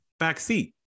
backseat